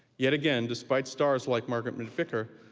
yet again, despite stars like margaret macvicar,